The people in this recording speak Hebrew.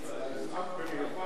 אתה מעלה הצעה לסדר-היום בנושא: